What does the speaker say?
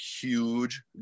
huge